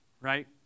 right